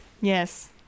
yes